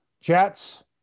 Jets